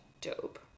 dope